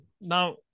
Now